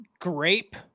grape